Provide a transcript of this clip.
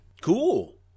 Cool